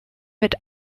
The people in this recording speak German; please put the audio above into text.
mit